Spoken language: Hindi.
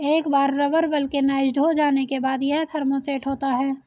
एक बार रबर वल्केनाइज्ड हो जाने के बाद, यह थर्मोसेट होता है